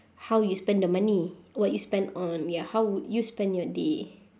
how you spend the money what you spend on ya how would you spend your day